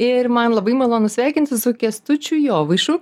ir man labai malonu sveikintis su kęstučiu jovaišu